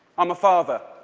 i'm a father,